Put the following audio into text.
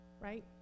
right